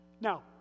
Now